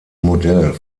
modell